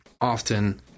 often